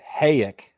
Hayek